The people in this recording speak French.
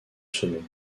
semer